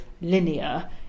linear